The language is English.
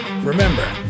Remember